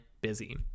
busy